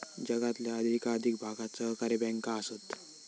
जगातल्या अधिकाधिक भागात सहकारी बँका आसत